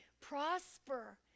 prosper